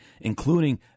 including